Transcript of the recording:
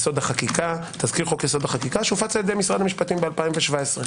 יסוד: החקיקה שהופץ על ידי משרד המשפטים ב-2017.